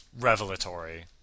revelatory